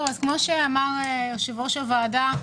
אז כמו שאמרת יושב-ראש הוועדה,